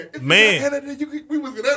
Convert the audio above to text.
Man